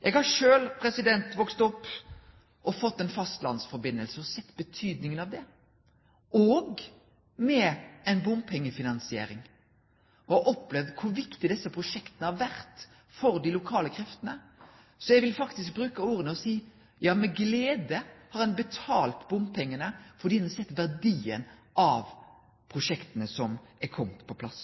Eg har sjølv vakse opp og fått eit fastlandssamband og sett betydninga av det – òg med bompengefinansiering – og har opplevd kor viktige desse prosjekta har vore for dei lokale kreftene. Eg vil faktisk bruke orda og seie at med glede har ein betalt bompengane, fordi ein har sett verdien av prosjekta som er komne på plass.